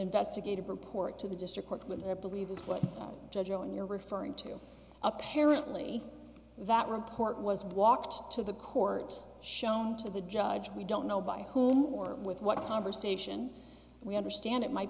investigative report to the district court with their believes what judge own you're referring to apparently that report was walked to the court shown to the judge we don't know by whom or with what conversation we understand it might